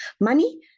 Money